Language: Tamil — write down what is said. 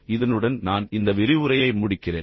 எனவே இதனுடன் நான் இந்த விரிவுரையை முடிக்கிறேன்